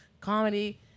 comedy